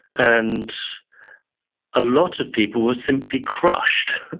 and a lot of people were simply crushed.